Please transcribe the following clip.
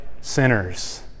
sinners